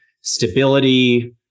stability